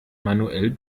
manuell